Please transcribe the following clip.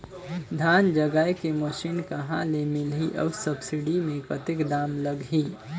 धान जगाय के मशीन कहा ले मिलही अउ सब्सिडी मे कतेक दाम लगही?